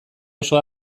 osoa